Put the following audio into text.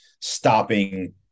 stopping